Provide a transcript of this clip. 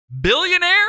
Billionaire